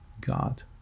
God